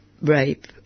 rape